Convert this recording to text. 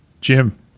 Jim